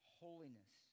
holiness